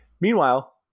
Meanwhile